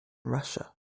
russia